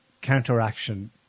counteraction